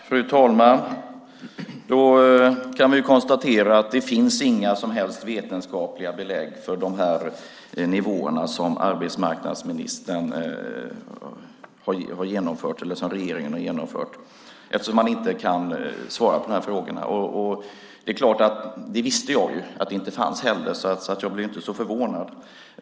Fru talman! Då kan vi konstatera att det inte finns några som helst vetenskapliga belägg för de nivåer som regeringen har infört, eftersom man inte kan svara på de här frågorna. Jag visste ju att det inte fanns så jag blev inte så förvånad.